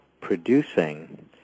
producing